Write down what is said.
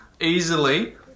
easily